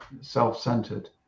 self-centered